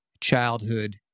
childhood